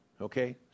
okay